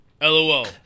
LOL